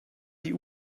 die